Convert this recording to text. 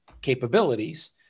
capabilities